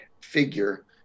figure